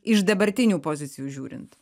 iš dabartinių pozicijų žiūrint